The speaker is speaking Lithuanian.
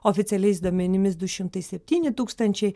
oficialiais duomenimis du šimtai septyni tūkstančiai